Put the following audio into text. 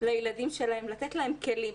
לילדים שלהם, לתת להם כלים.